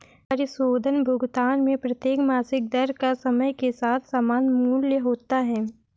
परिशोधन भुगतान में प्रत्येक मासिक दर का समय के साथ समान मूल्य होता है